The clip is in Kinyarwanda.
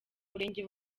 murenge